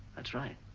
that's right.